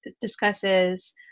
discusses